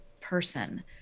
person